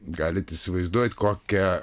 galit įsivaizduot kokią